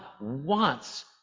wants